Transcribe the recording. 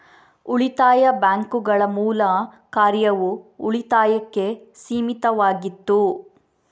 ಉಳಿತಾಯ ಬ್ಯಾಂಕುಗಳ ಮೂಲ ಕಾರ್ಯವು ಉಳಿತಾಯಕ್ಕೆ ಸೀಮಿತವಾಗಿತ್ತು